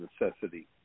necessity